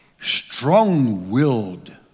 strong-willed